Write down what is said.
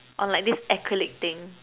on like this acrylic thing